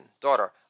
Daughter